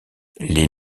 les